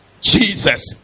Jesus